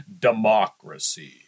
democracy